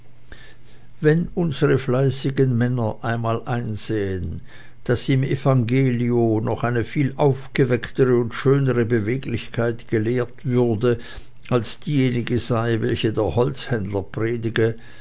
wenn unsere fleißigen männer einmal einsähen daß im evangelio noch eine viel aufgewecktere und schönere beweglichkeit gelehrt würde als diejenige sei welche der holzhändler predige